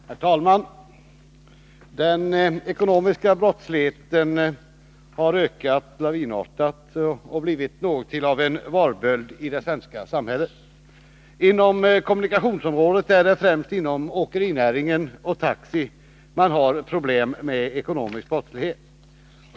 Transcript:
Herr talman! Den ekonomiska brottsligheten har ökat lavinartat och blivit till något av en varböld i det svenska samhället. Inom kommunikationsområdet är det främst inom åkerinäringen och taxiverksamheten man har problem med ekonomisk brottslighet.